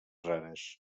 rares